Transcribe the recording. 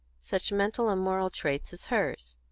such mental and moral traits, as hers.